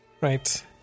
Right